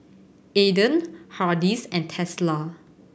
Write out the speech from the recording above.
Aden Hardy's and Tesla